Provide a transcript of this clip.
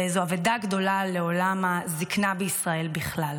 וזו אבדה גדולה לעולם הזקנה בישראל בכלל.